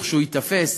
וכשהוא ייתפס,